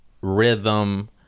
rhythm